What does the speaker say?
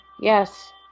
Yes